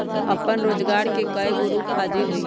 अप्पन रोजगार के कयगो रूप हाजिर हइ